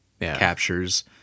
captures